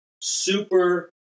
super